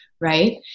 right